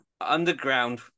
underground